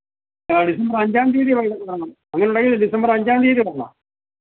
ആഹ് December അഞ്ചാം തീയതി വൈകിയിട്ടു കാണാം അങ്ങനെയുണ്ടെങ്കിൽ ഡിസംബർ അഞ്ചാം തീയതി കാണാം